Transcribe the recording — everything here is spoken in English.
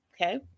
okay